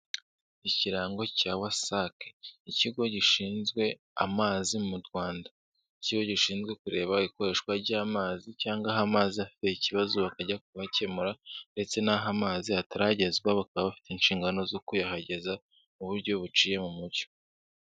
Ikirango cya Wasac, ikigo gishinzwe amazi mu Rwanda, ikigo gishinzwe kureba ikoreshwa ry'amazi cyangwa aho amazi afite ikibazo bakajya kuhakemura, ndetse n'aho amazi ataragezwa, bakaba bafite inshingano zo kuyahageza mu buryo buciye mu mucyo.